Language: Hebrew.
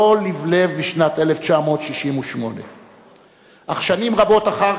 לא לבלב בשנת 1968. אך שנים רבות אחר